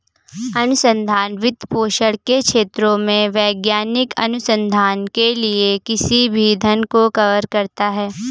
अनुसंधान वित्तपोषण के क्षेत्रों में वैज्ञानिक अनुसंधान के लिए किसी भी धन को कवर करता है